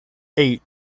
eight